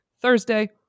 Thursday